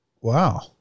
Wow